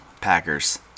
Packers